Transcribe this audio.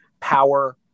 power